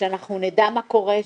שאנחנו נדע מה קורה,